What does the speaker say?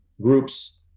groups